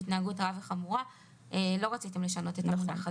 למשל בהקשר של התנהגות רעה וחמורה לא רציתם לשנות את המונח הזה.